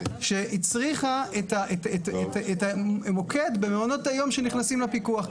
שהצריכה את המוקד במעונות היום שנכנסים לפיקוח.